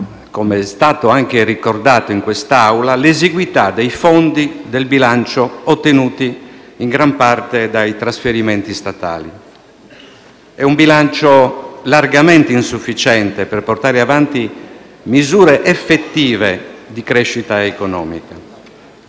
come è stato anche ricordato in quest'Aula - l'esiguità dei fondi del bilancio, ottenuti in gran parte dai trasferimenti statali. È un bilancio largamente insufficiente per portare avanti misure effettive di crescita economica.